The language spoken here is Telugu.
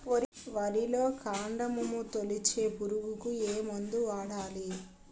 వరిలో కాండము తొలిచే పురుగుకు ఏ మందు వాడాలి?